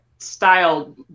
style